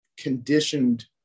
conditioned